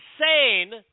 insane